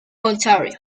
ontario